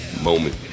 moment